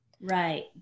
right